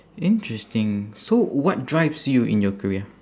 interesting so what drives you in your career